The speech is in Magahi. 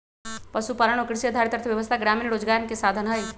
पशुपालन और कृषि आधारित अर्थव्यवस्था ग्रामीण रोजगार के साधन हई